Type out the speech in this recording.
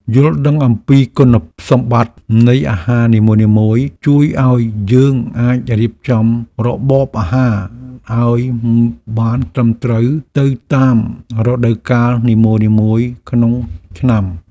យល់ដឹងអំពីគុណសម្បត្តិនៃអាហារនីមួយៗជួយឱ្យយើងអាចរៀបចំរបបអាហារឱ្យបានត្រឹមត្រូវទៅតាមរដូវកាលនីមួយៗក្នុងឆ្នាំ។